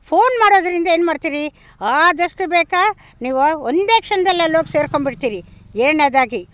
phone ಮಾಡೋದ್ರಿಂದ ಏನು ಮಾಡ್ತೀರಿ ಆದಷ್ಟು ಬೇಗ ನೀವು ಒಂದೇ ಕ್ಷಣದಲ್ಲಲ್ಲೋಗಿ ಸೇರ್ಕೊಂಡ್ಬಿಡ್ತೀರಿ ಎರಡನೇದಾಗಿ